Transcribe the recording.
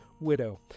widow